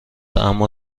اما